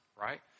right